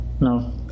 no